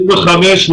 35-65